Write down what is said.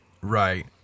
Right